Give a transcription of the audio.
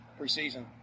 preseason